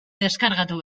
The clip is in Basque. deskargatu